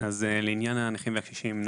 לעניין הנכים והקשישים,